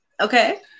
Okay